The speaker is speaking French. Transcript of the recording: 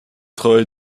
travail